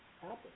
happen